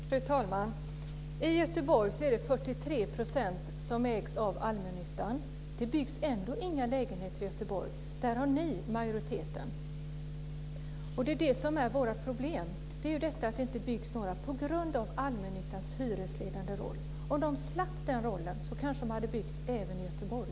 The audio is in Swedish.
Fru talman! I Göteborg ägs 43 % av allmännyttan. Det byggs ändå inga lägenheter i Göteborg. Där har ni majoriteten. Det är det som är vårt problem: Det byggs ingenting på grund av allmännyttans hyresledande roll. Om man slapp den rollen hade man kanske byggt även i Göteborg.